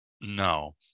No